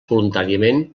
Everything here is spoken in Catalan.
voluntàriament